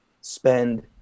spend